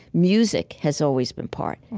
music has always been part.